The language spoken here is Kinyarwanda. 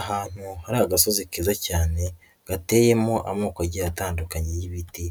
Ahantu hari agasozi keza cyane gateyemo amoko agiye atandukanye y'ibiti,